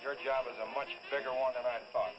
your job is a much bigger one than i thought